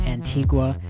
Antigua